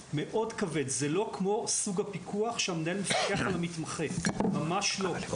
זה לא כמו סוג הפיקוח שהמנהל מפקח על המתמחה ממש לא.